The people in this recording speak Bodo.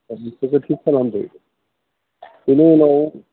दा बेफोरखो थिख खालामदो बेनि उनाव